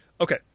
Okay